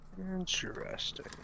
Interesting